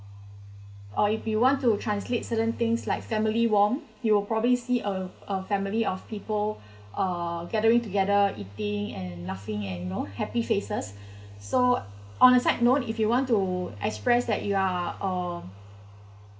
or if you want to translate certain things like family warmth you will probably see a a family of people uh gathering together eating and laughing and you know happy faces so on a side note if you want to express that you are um